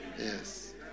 Yes